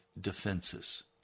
defenses